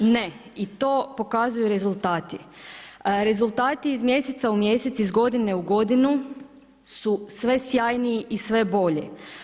Ne i to pokazuju rezultati, rezultati iz mjeseca u mjesec, iz godine u godinu su sve sjajniji i sve bolje.